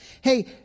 hey